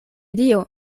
dio